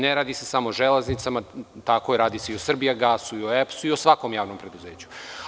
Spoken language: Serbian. Ne radi se samo o „Železnicama“, radi se i o „Srbijagasu“ i o EPS i o svakomjavnom preduzeću.